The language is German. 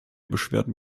beschwerden